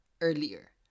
earlier